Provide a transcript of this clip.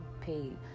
paid